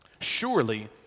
Surely